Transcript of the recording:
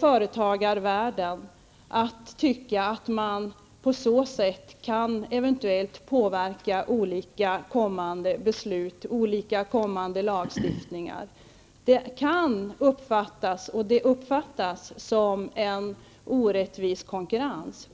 företagarvärlden, att man på så sätt eventuellt kan påverka olika kommande beslut, olika kommande lagstiftningar. Det kan uppfattas -- och det uppfattas -- som en orättvis konkurrens.